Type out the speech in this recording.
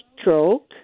stroke